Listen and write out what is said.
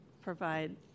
provide